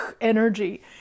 energy